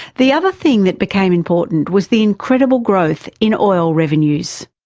the other thing that became important was the incredible growth in oil revenues.